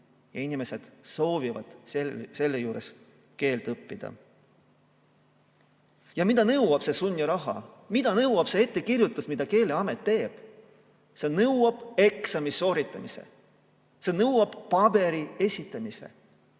inimesed soovivad keelt õppida. Mida nõuab see sunniraha, mida nõuab see ettekirjutus, mida Keeleamet teeb? See nõuab eksami sooritamist, see nõuab paberi esitamist.